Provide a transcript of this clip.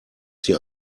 sie